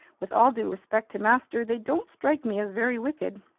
with all due respect to master, they don't strike me as very wicked!